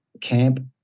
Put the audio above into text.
camp